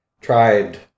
tried